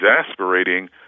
exasperating